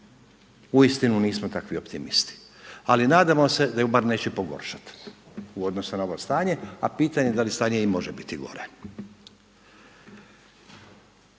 uistinu nismo takvi optimisti, ali nadamo se da ju bar neće pogoršati u odnosu na ovo stanje, a pitanje da li stanje i može biti gore.